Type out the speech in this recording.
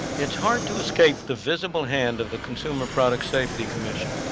it's hard to escape the visible hand of the consumer product safety commission.